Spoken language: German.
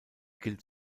gilt